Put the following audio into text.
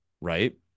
Right